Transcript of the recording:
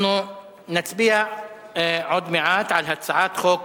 נצביע עוד מעט על הצעת חוק